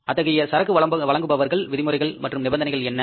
அத்தகைய சரக்கு வழங்குபவர்கள் விதிமுறைகள் மற்றும் நிபந்தனைகள் என்ன